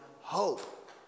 hope